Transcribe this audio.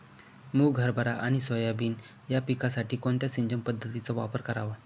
मुग, हरभरा आणि सोयाबीन या पिकासाठी कोणत्या सिंचन पद्धतीचा वापर करावा?